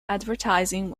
advertising